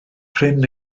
prin